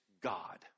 God